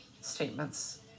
statements